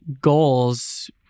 goals